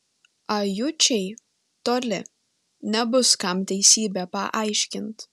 ajučiai toli nebus kam teisybę paaiškint